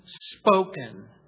spoken